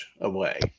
away